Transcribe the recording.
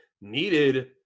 needed